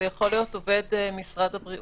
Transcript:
זה יכול להיות עובד משרד הבריאות,